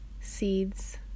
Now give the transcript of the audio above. seeds